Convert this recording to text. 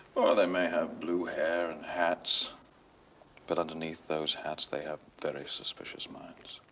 they may have blue hair and hats but underneath those hats they have very suspicious minds.